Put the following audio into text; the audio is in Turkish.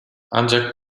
ancak